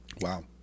Wow